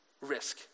risk